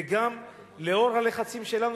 וגם לנוכח הלחצים שלנו,